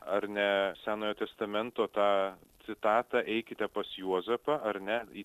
ar ne senojo testamento tą citata eikite pas juozapą ar ne į